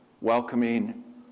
welcoming